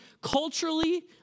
culturally